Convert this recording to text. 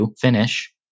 finish